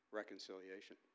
reconciliation